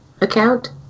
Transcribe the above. account